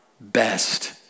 best